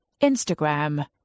Instagram